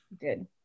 good